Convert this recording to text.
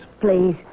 Please